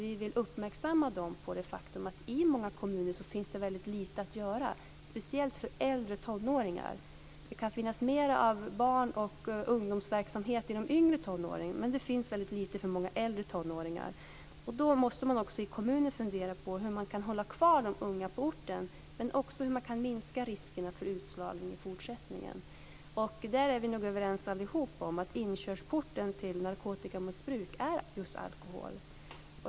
Vi vill uppmärksamma dem på det faktum att det i många kommuner finns väldigt lite att göra, speciellt för äldre tonåringar. Det kan finnas mer barnverksamhet och verksamhet för de yngre tonåringarna, men det finns väldigt lite för många äldre tonåringar. I kommunen måste man fundera på hur man kan hålla kvar de unga på orten, men också hur man kan minska riskerna för utslagning i fortsättningen. Vi är nog överens allihop om att inkörsporten till narkotikamissbruk är just alkohol.